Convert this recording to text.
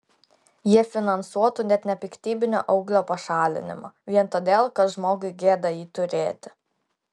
jie finansuotų net nepiktybinio auglio pašalinimą vien todėl kad žmogui gėda jį turėti